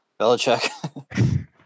Belichick